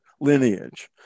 lineage